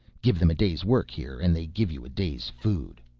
give them a day's work here and they give you a day's food.